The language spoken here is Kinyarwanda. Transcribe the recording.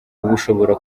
ushobora